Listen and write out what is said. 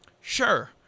Sure